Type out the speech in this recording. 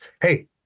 hey